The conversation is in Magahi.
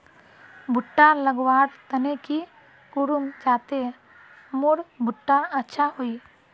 भुट्टा लगवार तने की करूम जाते मोर भुट्टा अच्छा हाई?